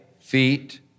feet